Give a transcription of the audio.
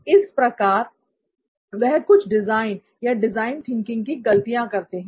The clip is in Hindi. इस प्रकार वह कुछ डिजाइन या डिजाइन थिंकिंग की गलतियां करते हैं